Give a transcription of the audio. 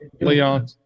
Leon